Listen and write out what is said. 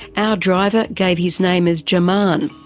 our driver gave his name as jaman.